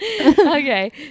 Okay